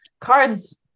Cards